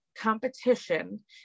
competition